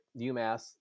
UMass